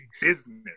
business